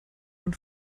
von